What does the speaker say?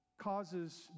causes